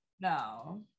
No